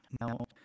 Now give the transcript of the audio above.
Now